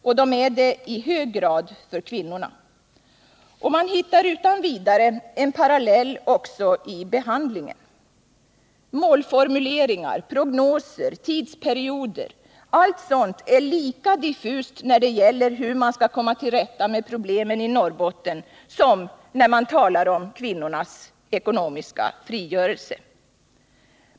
Och de är det i hög grad för kvinnorna. Och man hittar utan vidare en parallell också i behandlingen. Målformuleringar, prognoser, tidsperioder — allt sådant är lika diffust när man talar om kvinnornas ekonomiska frigörelse som när man talar om hur man skall komma till rätta med problemen i Norrbotten.